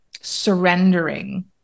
surrendering